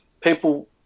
People